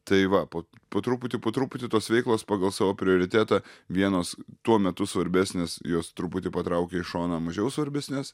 tai va po po truputį po truputį tos veiklos pagal savo prioritetą vienos tuo metu svarbesnės jos truputį patraukia į šoną mažiau svarbesnes